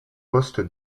poste